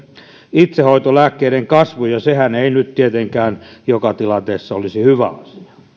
itsehoitolääkkeiden käyttö sehän ei nyt tietenkään joka tilanteessa olisi hyvä